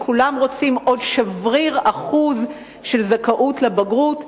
כולם רוצים עוד שבריר אחוז של זכאות לבגרות.